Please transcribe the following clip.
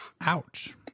Ouch